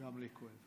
גם לי כואב.